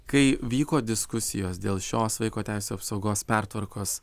kai vyko diskusijos dėl šios vaiko teisių apsaugos pertvarkos